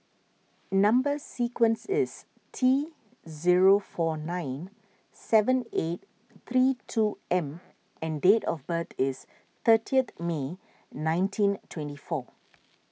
Number Sequence is T zero four nine seven eight three two M and date of birth is thirtieth May nineteen twenty four